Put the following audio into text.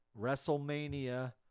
WrestleMania